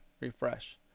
Refresh